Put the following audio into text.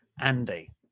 Andy